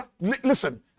Listen